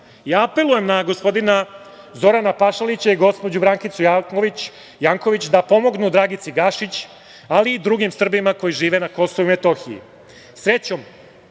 Ja apelujem na gospodina Zorana Pašalića i gospođu Brankicu Janković da pomognu Dragici Gašić, ali i drugim Srbima koji žive na KiM.Srećom,